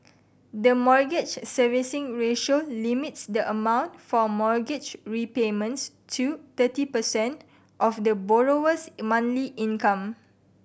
the Mortgage Servicing Ratio limits the amount for mortgage repayments to thirty percent of the borrower's monthly income